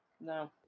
no